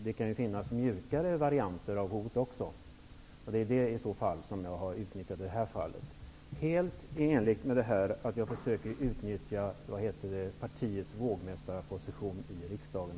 Det kan ju finnas mjukare varianter -- det är väl sådana som jag har utnyttjat i det här fallet, helt i enlighet med mina försök att utnyttja partiets vågmästarposition i riksdagen.